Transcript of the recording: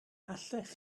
allech